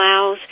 allows